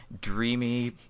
dreamy